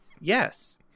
Yes